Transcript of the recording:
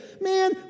Man